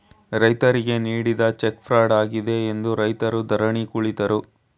ರೈತರಿಗೆ ನೀಡಿದ cheque fraud ಆಗಿದೆ ಎಂದು ರೈತರು ಧರಣಿ ಕುಳಿತರು